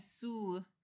Sue